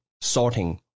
sorting